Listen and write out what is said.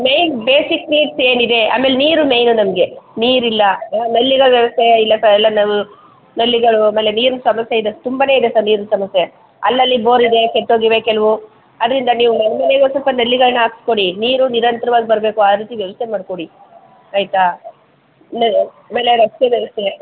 main basic needs ಏನಿದೆ ಆಮೇಲೆ ನೀರು ಮೇಯ್ನು ನಮಗೆ ನೀರಿಲ್ಲ ನಲ್ಲಿಗಳ ವ್ಯವಸ್ಥೆ ಇಲ್ಲ ಸರ್ ಎಲ್ಲ ನ ನಲ್ಲಿಗಳು ಆಮೇಲೆ ನೀರಿನ ಸಮಸ್ಯೆ ಇದೆ ತುಂಬ ಇದೆ ಸರ್ ನೀರಿನ ಸಮಸ್ಯೆ ಅಲ್ಲಲ್ಲಿ ಬೋರ್ ಇದೆ ಕೆಟ್ಟೋಗಿವೆ ಕೆಲವು ಆದ್ದರಿಂದ ನೀವು ಸ್ವಲ್ಪ ನಲ್ಲಿಗಳನ್ನ ಹಾಕ್ಸಿ ಕೊಡಿ ನೀರು ನಿರಂತ್ರವಾಗಿ ಬರಬೇಕು ಆ ರೀತಿ ವ್ಯವಸ್ಥೆ ಮಾಡಿಕೊಡಿ ಆಯಿತಾ ನ ಆಮೇಲೆ ರಸ್ತೆ ವ್ಯವಸ್ಥೆ